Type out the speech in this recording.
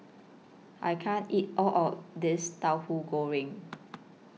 I can't eat All of This Tahu Goreng